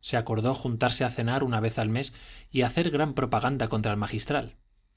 se acordó juntarse a cenar una vez al mes y hacer gran propaganda contra el magistral